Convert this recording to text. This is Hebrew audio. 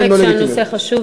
אין ספק שהנושא חשוב.